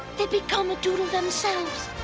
they become a doodle themselves!